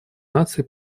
наций